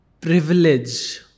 Privilege